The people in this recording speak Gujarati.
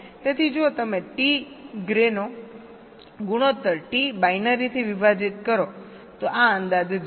તેથી જો તમે ટી ગ્રેનો ગુણોત્તર ટી બાઈનરીથી વિભાજિત કરો તો આ અંદાજે 0